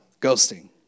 Ghosting